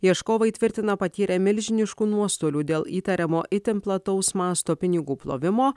ieškovai tvirtina patyrę milžiniškų nuostolių dėl įtariamo itin plataus masto pinigų plovimo